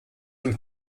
und